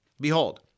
Behold